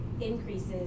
increases